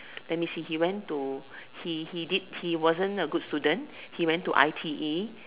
let me see he went to he he did he wasn't a good student he went to I_T_E